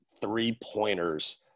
three-pointers